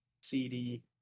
CD